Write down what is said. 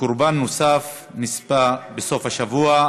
קורבן נוסף בסוף השבוע,